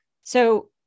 So-